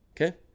Okay